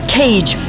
cage